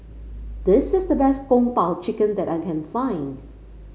this is the best Kung Po Chicken that I can find